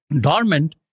dormant